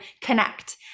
connect